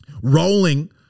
rolling